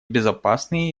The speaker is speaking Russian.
безопасные